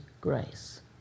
grace